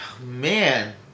man